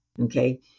okay